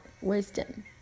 Wisdom